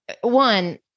one